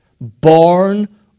born